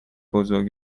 بزرگ